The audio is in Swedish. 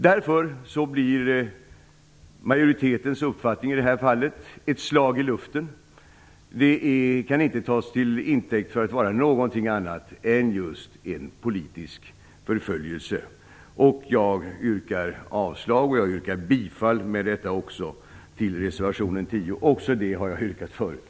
Därför blir majoritetens uppfattning i det här fallet ett slag i luften. Den kan inte tas till intäkt för att vara någonting annat än just en politisk förföljelse. Jag yrkar avslag på utskottets hemställan, och jag yrkar med detta också bifall till reservation 10. Även det har jag yrkat förut.